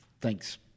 Thanks